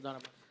תודה רבה.